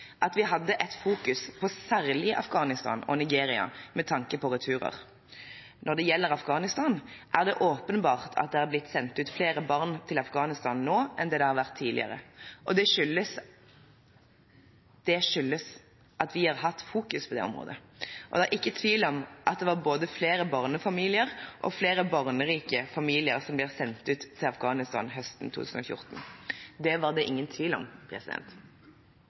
at vi hadde et fokus på særlig Afghanistan og Nigeria med tanke på returer. Når det gjelder Afghanistan, er det åpenbart at det har blitt sendt ut flere barn til Afghanistan nå enn det har vært tidligere, og det skyldes at vi har hatt et fokus på det området – det er ikke tvil om at det var både flere barnefamilier og flere barnerike familier som ble sendt til Afghanistan høsten 2014.» Det var det ingen tvil om.